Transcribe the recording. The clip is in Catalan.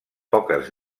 poques